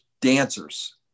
dancers